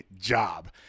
job